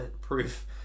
proof